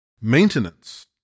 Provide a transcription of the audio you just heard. maintenance